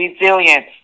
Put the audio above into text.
resilience